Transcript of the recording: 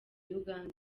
uganda